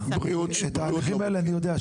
את הדברים האלה אני יודע.